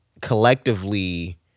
collectively